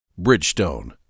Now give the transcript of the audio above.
Bridgestone